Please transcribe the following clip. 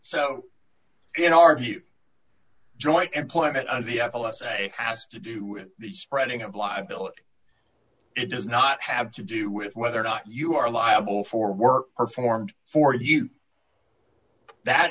so in our view joint employment of the l s a has to do with the spreading of liability it does not have to do with whether or not you are liable for were performed for you that